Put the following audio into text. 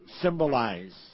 symbolize